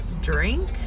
drink